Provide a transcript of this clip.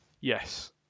Yes